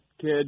kid